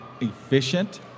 efficient